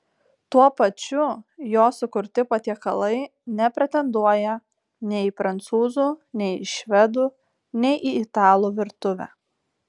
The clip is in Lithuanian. tuo pačiu jo sukurti patiekalai nepretenduoja nei į prancūzų nei į švedų nei į italų virtuvę